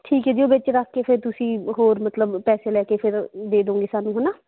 ਠੀਕ ਹੈ ਜੀ ਉਹ ਵਿੱਚ ਰੱਖ ਕੇ ਫਿਰ ਤੁਸੀਂ ਹੋਰ ਮਤਲਬ ਪੈਸੇ ਲੈ ਕੇ ਫਿਰ ਦੇ ਦਉਗੇ ਸਾਨੂੰ ਹੈ ਨਾ